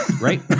right